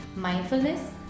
Mindfulness